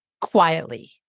quietly